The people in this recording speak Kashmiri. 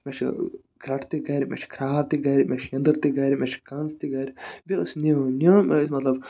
چھُ گرٹہٕ تہِ گرِ مےٚ چھِ کھراو تہِ گرِ مےٚ چھُ یٔندٔر تہِ گرِ مےٚ چھُ کَنز تہِ گرِ بیٚیہِ ٲسۍ نَیٲم نِیٲم ٲسۍ مطلب